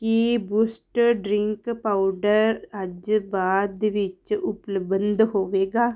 ਕੀ boost drink powder ਅੱਜ ਬਾਅਦ ਵਿੱਚ ਉਪਲੱਬਧ ਹੋਵੇਗਾ